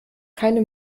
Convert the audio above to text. keine